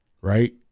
right